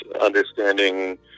understanding